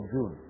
June